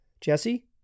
Jesse